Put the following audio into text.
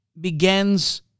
begins